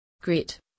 Grit